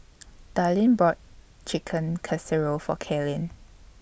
Darline bought Chicken Casserole For Kaelyn